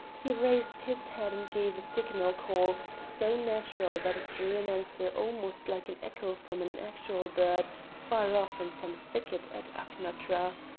he raised his head and gave the signal call, so natural that it drew an answer almost like an echo from an actual bird far off in some thicket at achnatra.